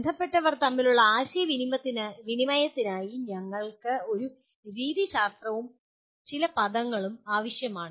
ബന്ധപ്പെട്ടവർ തമ്മിലുള്ള ആശയവിനിമയത്തിനായി ഞങ്ങൾക്ക് ഒരു രീതിശാസ്ത്രവും ചില പദങ്ങളും ആവശ്യമാണ്